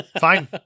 Fine